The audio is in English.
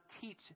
teach